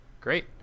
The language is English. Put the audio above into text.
Great